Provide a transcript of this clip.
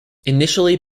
initially